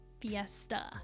fiesta